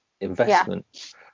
investment